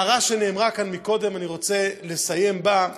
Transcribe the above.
הערה שנאמרה כאן קודם, אני רוצה לסיים בה.